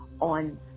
on